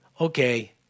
okay